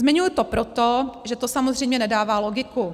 Zmiňuji to proto, že to samozřejmě nedává logiku.